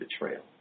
betrayal